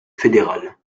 fédéral